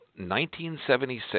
1976